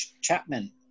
Chapman